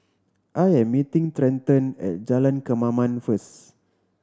I am meeting Trenten at Jalan Kemaman first